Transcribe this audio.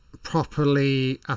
properly